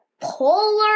Polar